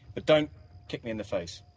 but don't kick me in the face.